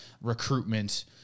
recruitment